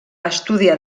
estudiar